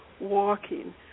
walking